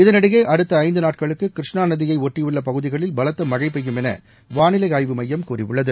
இதனிடையே அடுத்த ஐந்து நாட்களுக்கு கிருஷ்ணா நதியை ஒட்டியுள்ள பகுதிகளில் பலத்த மழழ பெய்யும் என வானிலை மையம் கூறியுள்ளது